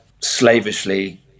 slavishly